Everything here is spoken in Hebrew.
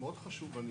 היה